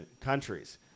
countries